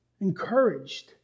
encouraged